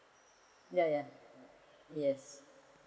ya ya yes